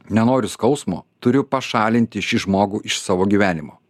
nenoriu skausmo turiu pašalinti šį žmogų iš savo gyvenimo